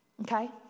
Okay